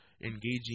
Engaging